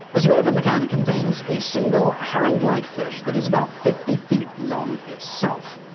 as you open the can, it contains a single, herring-like fish that is about fifty feet long itself.